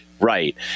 Right